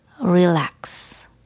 relax